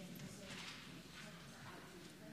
אדוני